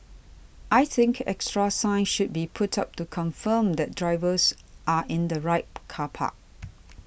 I think extra signs should be put up to confirm that drivers are in the right car park